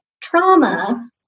trauma